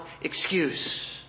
excuse